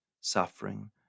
suffering